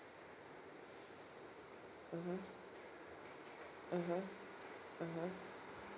mmhmm mmhmm mmhmm